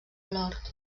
nord